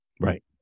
Right